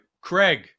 Craig